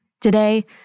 Today